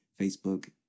Facebook